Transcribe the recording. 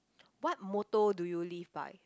what motto do you live by